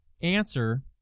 answer